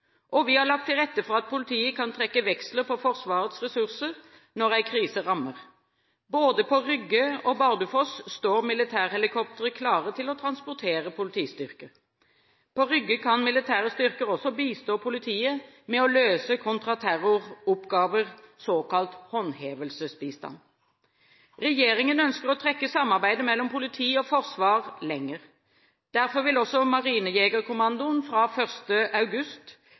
Og vi har lagt til rette for at politiet kan trekke veksler på Forsvarets ressurser når en krise rammer. Både på Rygge og Bardufoss står militærhelikoptre klare til å transportere politistyrker. På Rygge kan militære styrker også bistå politiet med å løse kontraterroroppgaver – såkalt håndhevelsesbistand. Regjeringen ønsker å trekke samarbeidet mellom politi og forsvar lenger. Derfor vil også Marinejegerkommandoen fra 1. august